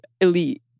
elite